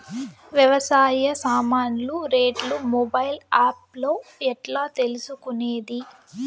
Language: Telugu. వ్యవసాయ సామాన్లు రేట్లు మొబైల్ ఆప్ లో ఎట్లా తెలుసుకునేది?